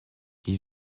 ils